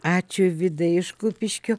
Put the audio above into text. ačiū vidai iš kupiškio